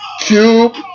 Cube